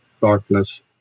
darkness